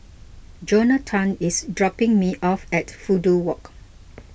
Jonatan is dropping me off at Fudu Walk